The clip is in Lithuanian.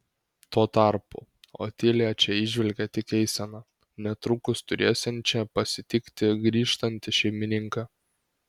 tuo tarpu otilija čia įžvelgė tik eiseną netrukus turėsiančią pasitikti grįžtantį šeimininką